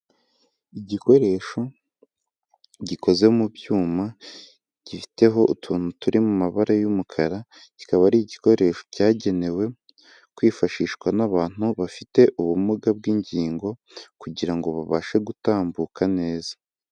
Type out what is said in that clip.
Igikoresho gikoze mu byuma, gifiteho utuntu turi mu mabara y'umukara, kikaba ari igikoresho cyagenewe kwifashishwa n'abantu bafite ubumuga bw'ingingo, kugirango ngo babashe gutambuka neza.